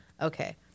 Okay